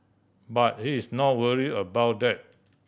but he's not worry about that